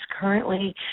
currently